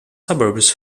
suburbs